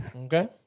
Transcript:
Okay